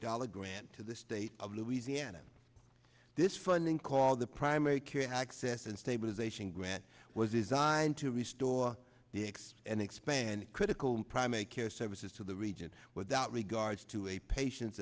dollars grant to the state of louisiana this funding called the primary care access and stabilization grant was designed to restore the ex and expand critical primary care services to the region without regards to a patien